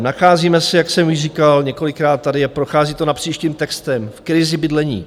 Nacházíme se, jak jsem již říkal, několikrát tady a prochází to napříč tím textem, v krizi bydlení.